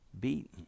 beaten